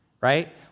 right